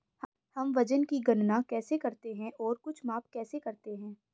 हम वजन की गणना कैसे करते हैं और कुछ माप कैसे करते हैं?